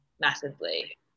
massively